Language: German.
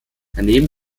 daneben